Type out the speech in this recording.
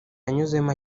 yanyuzemo